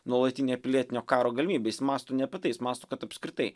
nuolatinė pilietinio karo galimybė jis mąsto ne apie tai jis mąsto kad apskritai